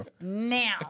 now